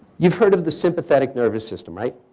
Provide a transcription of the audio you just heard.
you've heard of the sympathetic nervous system, right?